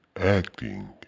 acting